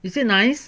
is it nice